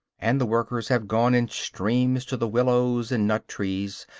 and the workers have gone in streams to the willows and nuttrees,